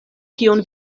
kion